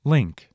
Link